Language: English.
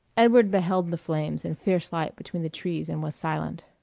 edward beheld the flames and fierce light between the trees and was silent.